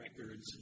records